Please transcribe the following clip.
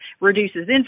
reduces